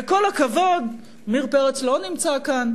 עם כל הכבוד, עמיר פרץ לא נמצא פה,